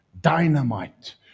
dynamite